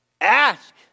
Ask